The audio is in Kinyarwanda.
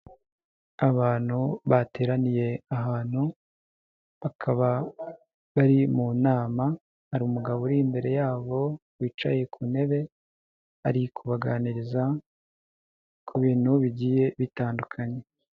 Abantu bateraniye ahantu bakaba bari mu nama, hari umugabo uri imbere yabo wicaye ku ntebe ari kubabaganiriza ku bintu bigiye bitandukanye.